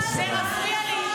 --- תזכירי לי איפה